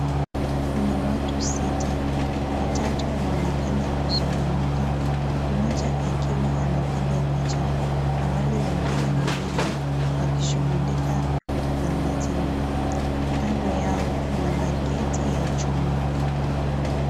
Kuna watu sita. Watatu wanaonekana kuzungumza, mmoja akiwa anapiga picha na wale wengine wawili wakishugulika na maziwa. Kando yao kuna Bucket ya chuma.